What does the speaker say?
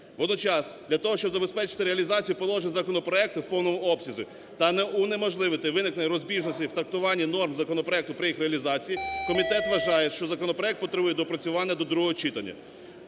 Водночас для того, щоб забезпечити реалізацію положень законопроекту в повному обсязі та унеможливити виникнення розбіжностей у трактуванні норм законопроекту при їх реалізації, комітет вважає, що законопроект потребує доопрацювання до другого читання.